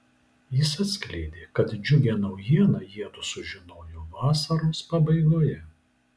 jis atskleidė kad džiugią naujieną jiedu sužinojo vasaros pabaigoje